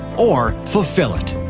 or fulfill it?